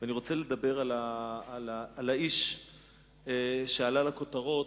ואני רוצה לדבר על האיש שעלה לכותרות